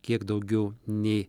kiek daugiau nei